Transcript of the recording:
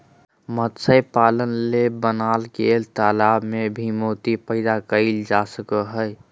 मत्स्य पालन ले बनाल गेल तालाब में भी मोती पैदा कइल जा सको हइ